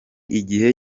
igihe